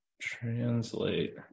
translate